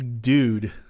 dude